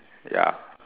ya